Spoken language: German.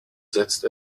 setzt